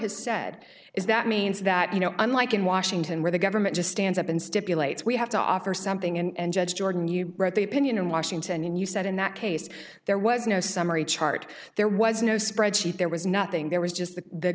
has said is that means that you know unlike in washington where the government just stands up and stipulates we have to offer something and judge jordan you wrote the opinion in washington and you said in that case there was no summary chart there was no spreadsheet there was nothing there was just the